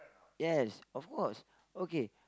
yes of course okay